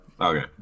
Okay